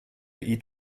eat